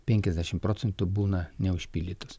penkiasdešimt procentų būna neužpildytos